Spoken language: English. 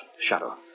Shadow